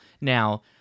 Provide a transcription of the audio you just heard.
Now